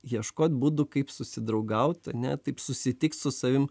ieškot būdų kaip susidraugaut ane taip susitikt su savim